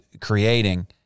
creating